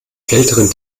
kälteren